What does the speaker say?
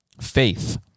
faith